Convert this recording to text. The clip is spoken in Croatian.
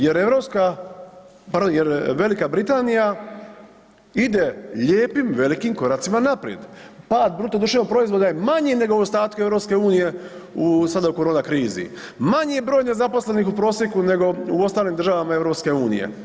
Jer europska, pardon jer Velika Britanija ide lijepim velikim koracima naprijed, pad BDP-a je manji nego u ostatku EU sada u korona krizi, manji je broj nezaposlenih u prosjeku nego u ostalim državama EU.